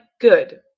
good